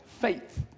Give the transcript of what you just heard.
faith